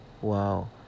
Wow